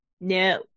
no